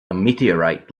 meteorite